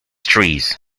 trees